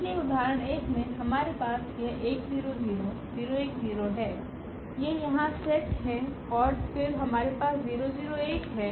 इसलिए उदाहरण 1 में हमारे पास यह है ये यहां सेट हैं और फिर हमारे पास हैं